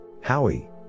Howie